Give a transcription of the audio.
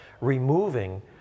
removing